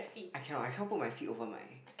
I cannot I cannot put my sit over my